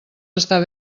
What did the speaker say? estar